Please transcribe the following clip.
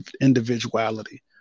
individuality